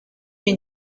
you